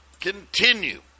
continue